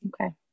okay